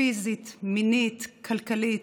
פיזית, מינית, כלכלית,